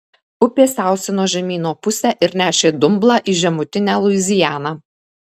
upė sausino žemyno pusę ir nešė dumblą į žemutinę luizianą